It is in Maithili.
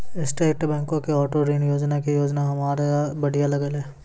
स्टैट बैंको के आटो ऋण योजना के योजना हमरा बढ़िया लागलै